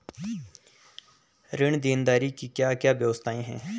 ऋण देनदारी की क्या क्या व्यवस्थाएँ हैं?